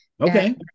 Okay